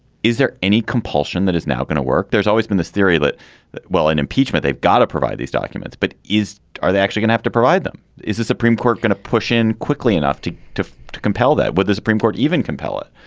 is there any compulsion that is now going to work. there's always been this theory that that well in impeachment they've got to provide these documents. but is are they actually gonna have to provide them. is the supreme court going to push in quickly enough to to to compel that what the supreme court even compel it